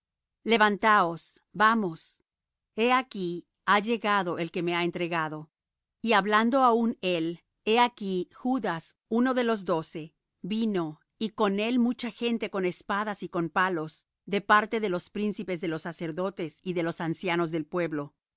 levantaos vamos he aquí ha llegado el que me ha entregado y hablando aún él he aquí judas uno de los doce vino y con él mucha gente con espadas y con palos de parte de los príncipes de los sacerdotes y de los ancianos del pueblo